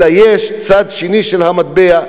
אלא תדע שיש צד שני של המטבע,